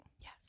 Yes